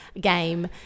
game